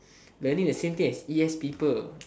learning the same thing as e_s people